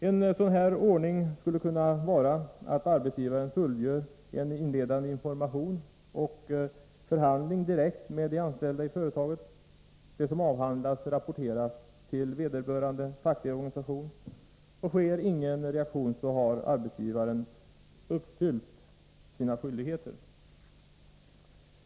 En sådan Nr31 ordning skulle kunna vara att arbetsgivaren fullgör en inledande information Onsdagen den och förhandling direkt med de anställda i företaget. Det som avhandlas 23 november 1983 rapporteras till vederbörande fackliga organisation, och sker ingen reaktion har arbetsgivaren uppfyllt sina skyldigheter.